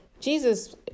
Jesus